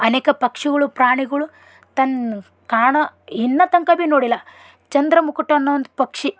ಅನೇಕ ಪಕ್ಷಿಗಳು ಪ್ರಾಣಿಗಳು ತನ್ ಕಾಣ ಇನ್ನೂ ತನಕ ಭೀ ನೋಡಿಲ್ಲ ಚಂದ್ರಮುಕುಟ ಅನ್ನೋ ಒಂದು ಪಕ್ಷಿ